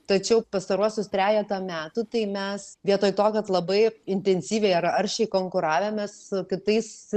tačiau pastaruosius trejetą metų tai mes vietoj to kad labai intensyviai ar aršiai konkuravę mes kitais